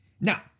Now